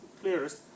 clearest